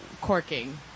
corking